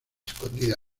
escondida